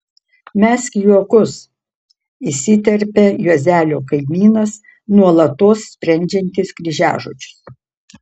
mesk juokus įsiterpia juozelio kaimynas nuolatos sprendžiantis kryžiažodžius